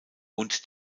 und